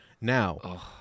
Now